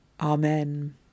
Amen